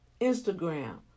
Instagram